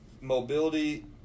mobility